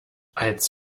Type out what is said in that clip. als